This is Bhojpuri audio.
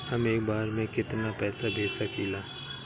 हम एक बार में केतना पैसा भेज सकिला?